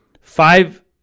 five